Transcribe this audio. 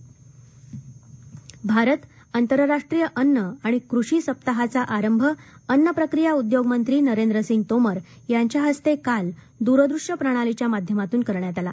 कृषी साप्ताह भारत आंतरराष्ट्रीय अन्न आणि कृषी सप्ताहाचा आरंभ अन्न प्रक्रिया उद्योग मंत्री नरेंद्र सिंग तोमर यांच्या हस्ते काल दूरदृश्य प्रणालीच्या माध्यमातून करण्यात आला